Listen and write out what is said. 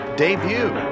debut